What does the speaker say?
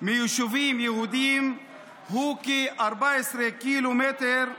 מיישובים יהודיים הוא כ-14 קילומטר,